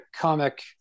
comic